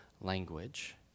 language